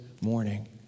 morning